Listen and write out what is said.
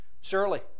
Shirley